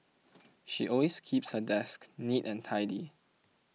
she always keeps her desk neat and tidy